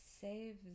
save